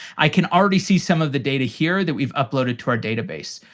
i can already see some of the data here that we've uploaded to our database.